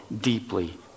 deeply